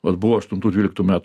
vat buvo aštuntų dvyliktų metų